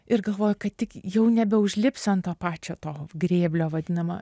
ir galvoju kad tik jau nebeužlipsiu ant to pačio to grėblio vadinamo